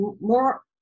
more